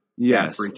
Yes